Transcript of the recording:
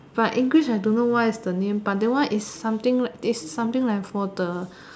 but English I don't know what is the name but that one is something like is something like for the